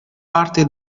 parte